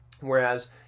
Whereas